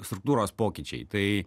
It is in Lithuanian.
struktūros pokyčiai tai